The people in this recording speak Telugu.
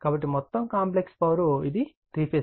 కాబట్టి మొత్తం కాంప్లెక్స్ పవర్ ఇది 3 ఫేజ్